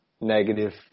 negative